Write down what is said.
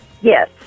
Yes